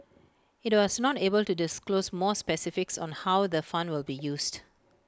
IT was not able to disclose more specifics on how the fund will be used